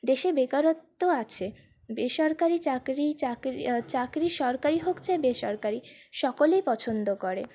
দেশে বেকারত্ব আছে বেসরকারি চাকরি চাকরি সরকারি হোক ছাই বেসরকারি সকলেই পছন্দ করে